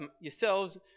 yourselves